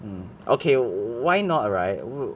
mm okay why not right